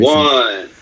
one